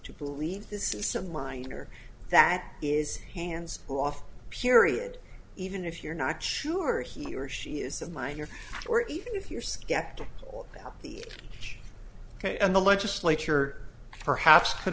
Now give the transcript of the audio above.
to believe this is some minor that is hands off period even if you're not sure he or she is a minor or even if you're skeptical that the church and the legislature perhaps could